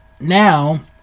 now